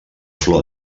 flor